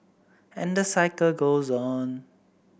and the cycle goes on